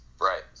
Right